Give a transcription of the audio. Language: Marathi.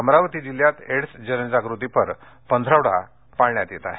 अमरावती जिल्ह्यात एड्स जनजागृतीपर पंधरवडा साजरा करण्यात येत आहे